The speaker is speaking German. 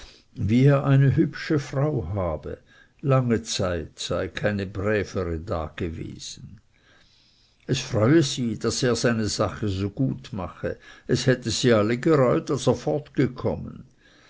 wie er eine hübsche frau habe lange zeit sei keine brävere dagewesen es freue sie daß er seine sache so gut mache er hätte sie alle gereut als